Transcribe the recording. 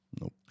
Nope